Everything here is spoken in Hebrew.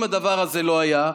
אם הדבר הזה לא היה,